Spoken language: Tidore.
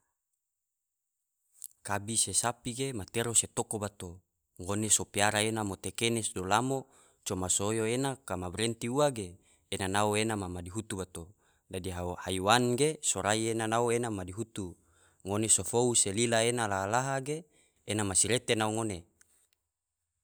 Kabi se sapi ge matero se toko bato, ngone so piara ena mote kene sodo lamo coma so oyo ena kama barenti ua ge ena nao ena ma madihutu bato, dadi haiwan ge sorai ena nao ena ma madihitu, ngone so fou se lila ena laha-laha ge ena masirete nao ngone.